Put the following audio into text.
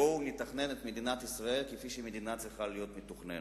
בואו נתכנן את מדינת ישראל כפי שמדינה צריכה להיות מתוכננת,